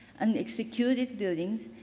unexecuted buildings,